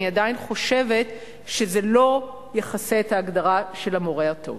אני עדיין חושבת שזה לא יכסה את ההגדרה של המורה הטוב.